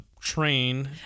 train